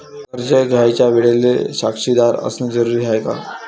कर्ज घ्यायच्या वेळेले साक्षीदार असनं जरुरीच हाय का?